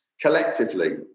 collectively